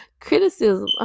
Criticism